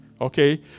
okay